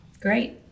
Great